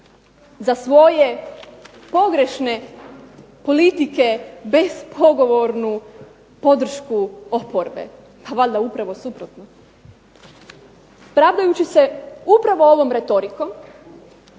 za svoje pogrešne politike bespogovornu podršku oporbe. A valjda upravo suprotno. Pravdajući se upravo ovom retorikom